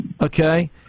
okay